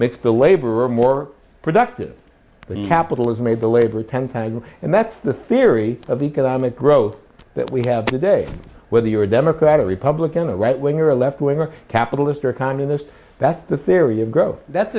makes the labor more productive capital is made the labor ten times and that's the theory of economic growth that we have today whether you're a democrat or republican a right wing or a left wing a capitalist or a communist that's the theory of growth that's